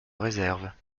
réserve